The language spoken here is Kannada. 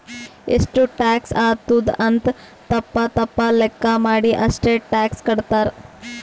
ಎಷ್ಟು ಟ್ಯಾಕ್ಸ್ ಆತ್ತುದ್ ಅಂತ್ ತಪ್ಪ ತಪ್ಪ ಲೆಕ್ಕಾ ಮಾಡಿ ಅಷ್ಟೇ ಟ್ಯಾಕ್ಸ್ ಕಟ್ತಾರ್